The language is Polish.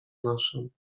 naszym